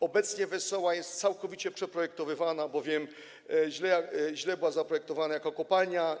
Obecnie Wesoła jest całkowicie przeprojektowywana, bowiem była źle zaprojektowana jako kopalnia.